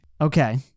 Okay